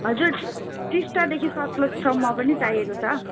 हजुर टिस्टादेखि सतलजसम्म पनि चाहिएको छ